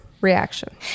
reaction